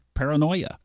Paranoia